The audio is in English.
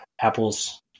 Apples